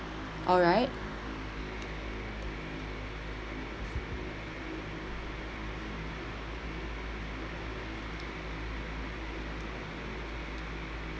all right